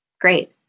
great